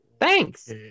Thanks